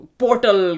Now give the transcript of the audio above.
portal